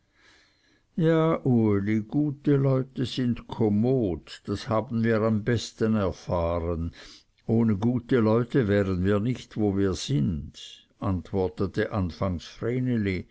ja uli gute leute sind kommod das haben wir am besten erfahren ohne gute leute wären wir nicht wo wir sind antwortete anfangs